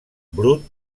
brut